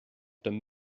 dem